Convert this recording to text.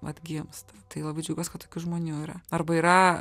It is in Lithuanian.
atgimsta tai labai džiaugiuos kad tokių žmonių yra arba yra